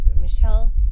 Michelle